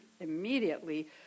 immediately